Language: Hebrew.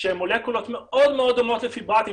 שהן מולקולות מאוד דומות לפיברטים,